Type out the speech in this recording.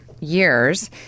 years